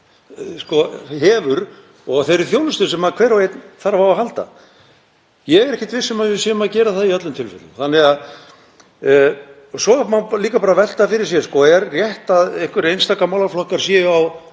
einn hefur og þeirri þjónustu sem hver og einn þarf á að halda? Ég er ekkert viss um að við séum að gera það í öllum tilfellum. Svo má líka velta fyrir sér: Er rétt að einhverjir einstaka málaflokkar séu